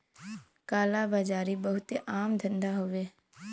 काला बाजारी बहुते आम धंधा हउवे